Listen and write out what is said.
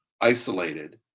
isolated